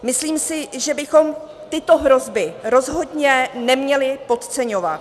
Myslím si, že bychom tyto hrozby rozhodně neměli podceňovat.